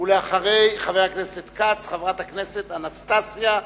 אחרי חבר הכנסת כץ, חברת הכנסת אנסטסיה מיכאלי.